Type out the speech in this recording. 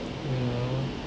hello